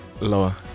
Lower